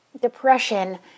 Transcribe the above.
depression